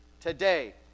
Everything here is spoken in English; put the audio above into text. today